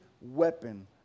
weapon